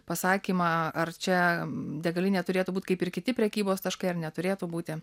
pasakymą ar čia degalinė turėtų būt kaip ir kiti prekybos taškai ar neturėtų būti